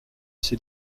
ses